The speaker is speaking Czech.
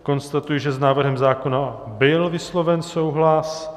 Konstatuji, že s návrhem zákona byl vysloven souhlas.